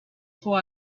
for